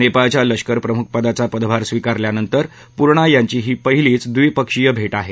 नेपाळच्या लष्करप्रमुखपदाचा पदभार स्विकारल्यानंतर पुर्णा यांची ही पहिलीच द्विपक्षीय भेट आहे